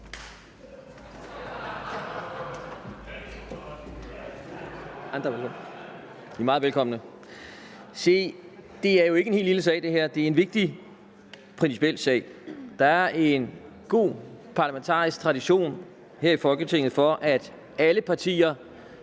Brian Mikkelsen (KF): Se, det her er jo ikke en helt lille sag. Det er en vigtig principiel sag. Der er en god parlamentarisk tradition her i Folketinget for, at alle partier